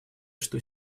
что